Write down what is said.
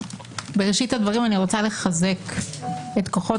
בראשית הדברים אני רוצה לחזק את כוחות